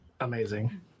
amazing